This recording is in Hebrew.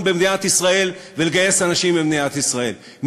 במדינת ישראל ולגייס אנשים לצבא מדינת ישראל.